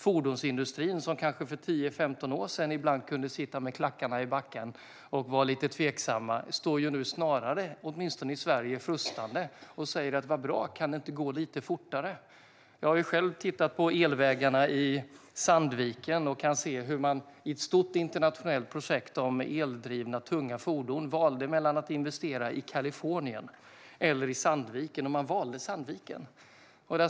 Fordonsindustrin som för tio femton år sedan ibland kunde sitta med klackarna i backen och vara lite tveksam står nu snarare - åtminstone i Sverige - frustande och säger: Vad bra. Kan det inte gå lite fortare? Jag har själv tittat på elvägarna i Sandviken och kunnat se hur man i ett stort internationellt projekt om eldrivna tunga fordon valde mellan att investera i Kalifornien eller i Sandviken. Och man valde Sandviken.